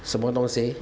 什么东西